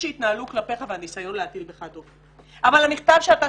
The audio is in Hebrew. ההתנהלות כלפיך והניסיון להטיל בך דופי אבל המכתב שאתה